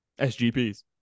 SGPs